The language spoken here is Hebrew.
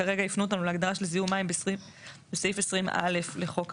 כרגע הפנו אותנו להגדרה של זיהום מים בסעיף 20(א) לחוק המים.